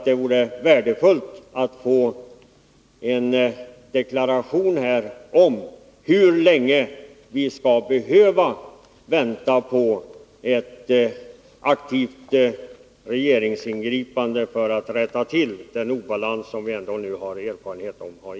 Det vore värdefullt att få en deklaration här om hur länge vi skall behöva vänta på ett aktivt regeringsingripande, så att vi kan komma till rätta med den obalans som vi nu ändå har erfarenhet av.